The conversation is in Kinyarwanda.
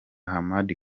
hamadi